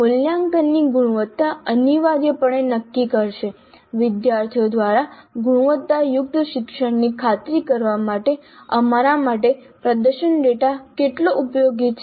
મૂલ્યાંકનની ગુણવત્તા અનિવાર્યપણે નક્કી કરશે વિદ્યાર્થીઓ દ્વારા ગુણવત્તાયુક્ત શિક્ષણની ખાતરી કરવા માટે અમારા માટે પ્રદર્શન ડેટા કેટલો ઉપયોગી છે